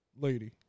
lady